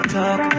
talk